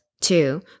Two